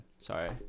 Sorry